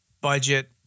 budget